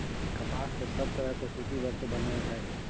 कपास से सब तरह के सूती वस्त्र बनय हय